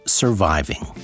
surviving